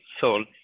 soul